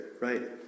right